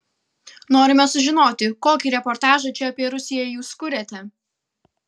norime sužinoti kokį reportažą čia apie rusiją jūs kuriate